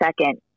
second